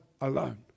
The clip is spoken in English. alone